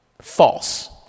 false